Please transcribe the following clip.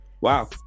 Wow